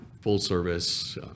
full-service